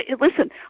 listen